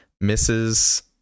misses